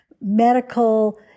medical